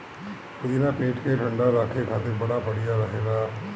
पुदीना पेट के ठंडा राखे खातिर बड़ा बढ़िया रहेला